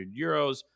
euros